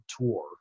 tour